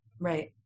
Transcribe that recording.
right